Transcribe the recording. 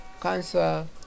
cancer